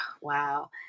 wow